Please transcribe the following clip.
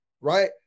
right